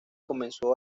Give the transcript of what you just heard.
comenzó